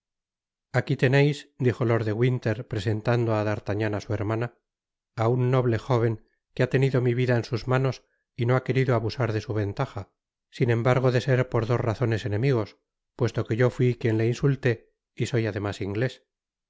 aqui teneis dijo lord de winter presentando ád'artagnan á su hermana á un noble jóven que ha tenido mi vida en sus manos y no ha querido abusar de su ventaja sin embargo de ser por dos rajones enemigos puesto que yo fui quien le insulté y soy adenüs inglés